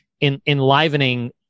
enlivening